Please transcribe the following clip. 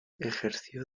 ejerció